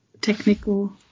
technical